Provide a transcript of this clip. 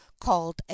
called